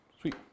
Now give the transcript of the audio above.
Sweet